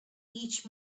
each